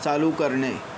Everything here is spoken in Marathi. चालू करणे